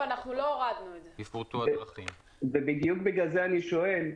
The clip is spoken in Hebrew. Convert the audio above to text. בדיוק בגלל זה אני שואל.